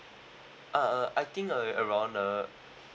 uh I think uh uh around uh